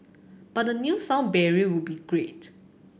but a new sound barrier would be great